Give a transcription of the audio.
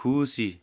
खुसी